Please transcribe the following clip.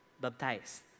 baptized